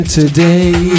today